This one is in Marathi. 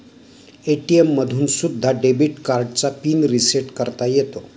ए.टी.एम मधून सुद्धा डेबिट कार्डचा पिन रिसेट करता येतो